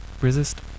resist